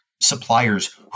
suppliers